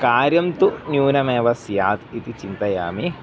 कार्यं तु न्यूनमेव स्यात् इति चिन्तयामि